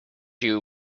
you